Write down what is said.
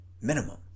Minimum